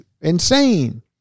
insane